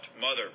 Mother